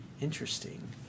interesting